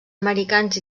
americans